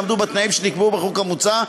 שיעמדו בתנאים שנקבעו בחוק המוצע,